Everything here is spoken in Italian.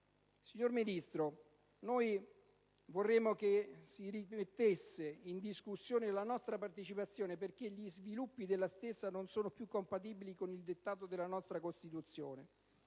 Signor Ministro, noi vorremmo che si rimettesse in discussione la nostra partecipazione, perché gli sviluppi della stessa non sono più compatibili con il dettato della nostra Costituzione.